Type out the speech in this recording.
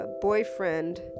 boyfriend